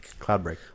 Cloudbreak